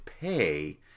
pay